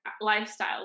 lifestyle